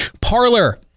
parlor